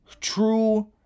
true